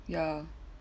ya